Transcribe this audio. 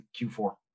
Q4